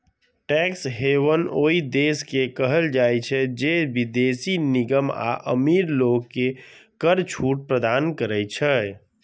tax haven ओइ देश के कहल जाइ छै, जे विदेशी निगम आ अमीर लोग कें कर छूट प्रदान करै छै